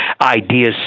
ideas